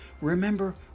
Remember